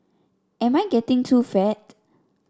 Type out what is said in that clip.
am I getting too fat